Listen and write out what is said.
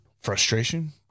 frustration